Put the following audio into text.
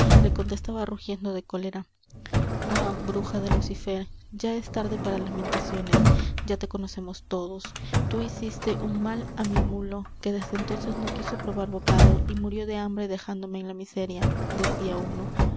le contestaba rugiendo de cólera ah bruja de lucifer ya es tarde para lamentaciones ya te conocemos todos tú hiciste un mal á mi mulo que desde entonces no quiso probar bocado y murió de hambre dejándome en la miseria decía uno